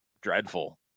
dreadful